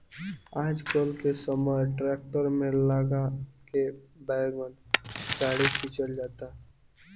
आजकल के समय ट्रैक्टर में लगा के वैगन गाड़ी खिंचल जाता